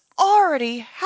already